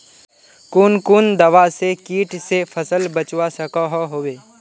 कुन कुन दवा से किट से फसल बचवा सकोहो होबे?